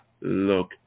look